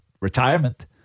retirement